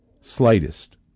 slightest